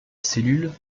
cellule